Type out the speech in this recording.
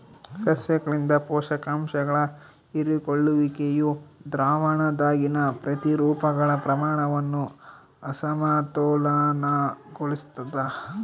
ಸಸ್ಯಗಳಿಂದ ಪೋಷಕಾಂಶಗಳ ಹೀರಿಕೊಳ್ಳುವಿಕೆಯು ದ್ರಾವಣದಾಗಿನ ಪ್ರತಿರೂಪಗಳ ಪ್ರಮಾಣವನ್ನು ಅಸಮತೋಲನಗೊಳಿಸ್ತದ